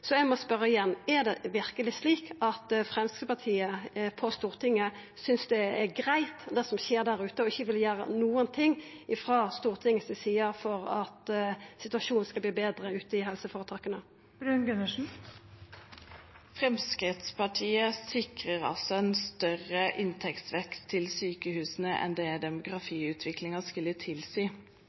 Eg må spørja igjen: Er det verkeleg slik at Framstegspartiet på Stortinget synest det er greitt, det som skjer der ute, og ikkje vil gjera noko – frå Stortinget si side – for at situasjonen skal verta betre ute i helseføretaka? Fremskrittspartiet sikrer en større inntektsvekst til sykehusene enn demografiutviklingen skulle tilsi. Hvordan helseforetakene prioriter disse midlene, er det